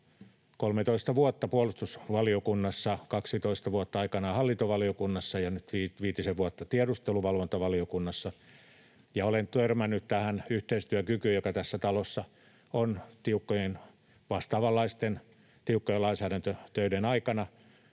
13 vuotta puolustusvaliokunnassa, 12 vuotta aikanaan hallintovaliokunnassa ja nyt viitisen vuotta tiedusteluvalvontavaliokunnassa. Olen törmännyt tähän yhteistyökykyyn, jota tässä talossa on ollut vastaavanlaisten tiukkojen lainsäädäntötöiden aikana,